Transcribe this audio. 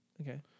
Okay